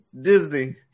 Disney